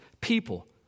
people